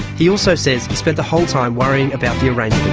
he also says he spent the whole time worrying about the arrangement.